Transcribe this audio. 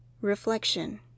Reflection